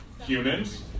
humans